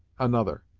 another.